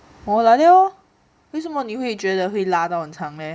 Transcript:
orh like that lor 为什么你会觉得会拉到很长咩